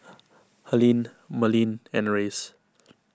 Helene Merlin and Reyes